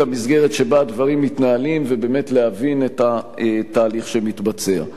המסגרת שבה הדברים מתנהלים ולהבין את התהליך שמתבצע.